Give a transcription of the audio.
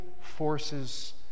forces